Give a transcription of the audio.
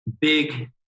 Big